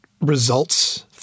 results